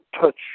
touch